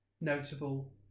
notable